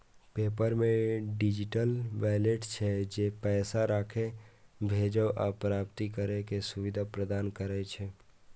PayPal मे digital wallet छै, जे पैसा राखै, भेजै आ प्राप्त करै के सुविधा प्रदान करै छै